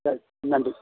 சரி நன்றி